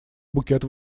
букет